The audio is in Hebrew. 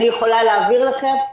אני יכולה להעביר לכם,